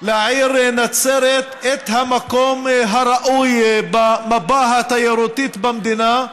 לעיר נצרת את המקום הראוי במפה התיירותית במדינה,